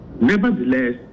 Nevertheless